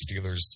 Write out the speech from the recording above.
Steelers